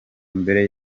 mbere